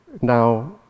Now